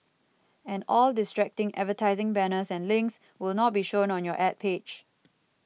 and all distracting advertising banners and links will not be shown on your Ad page